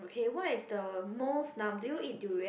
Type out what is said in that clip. okay what is the most num~ do you eat durian